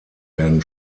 werden